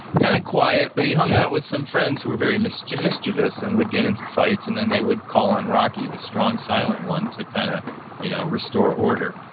kind of quiet, but he hung out with some friends who were very mischievous mischievous and would get into fights and then they would call on rocky, the strong, silent one, to kind of you know restore order.